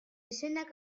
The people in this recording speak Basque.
izenak